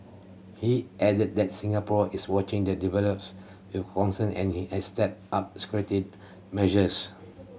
he added that Singapore is watching the develops with concern and has stepped up security measures